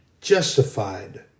justified